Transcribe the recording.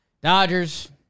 Dodgers